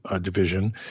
division